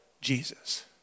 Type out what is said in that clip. Jesus